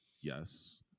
yes